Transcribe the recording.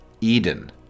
Eden